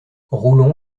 roulon